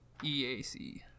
EAC